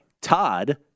Todd